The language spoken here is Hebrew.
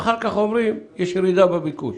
ואחר כך אומרים יש ירידה בביקוש.